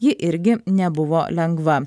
ji irgi nebuvo lengva